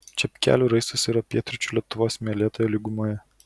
čepkelių raistas yra pietryčių lietuvos smėlėtoje lygumoje